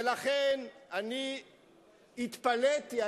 ולכן, התפלאתי.